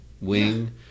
wing